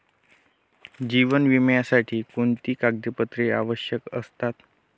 जीवन विम्यासाठी कोणती कागदपत्रे आवश्यक असतात?